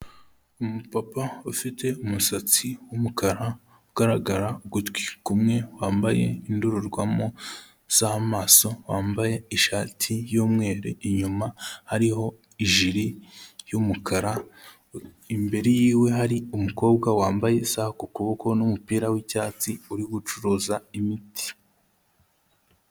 Umu papa ufite umusatsi w'umukara ugaragara ugutwi kumwe, wambaye indorerwamo z'amaso, wambaye ishati y'umweru, inyuma hariho ijiri y'umukara, imbere yiwe hari umukobwa wambaye isaha ku kuboko n'umupira w'icyatsi, uri gucuruza imiti.